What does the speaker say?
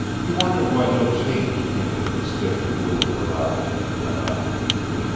he wondered why no change came into the steady blue of her eyes as he went on with the truth